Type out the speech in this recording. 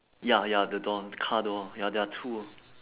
ya ya the door the car door ya there are two